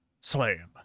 Slam